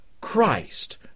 Christ